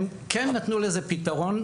הם כן נתנו לזה פתרון,